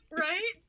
Right